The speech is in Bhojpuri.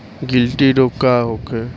गिल्टी रोग का होखे?